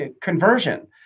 conversion